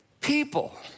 people